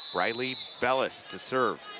briley bellis to serve.